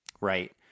right